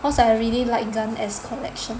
cause I really like gun as collection